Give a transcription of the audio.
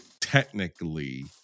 technically